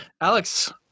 Alex